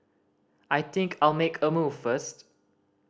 I think I'll make a move first